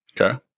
Okay